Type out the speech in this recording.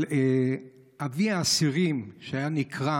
על אבי האסירים, שנקרא